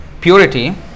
purity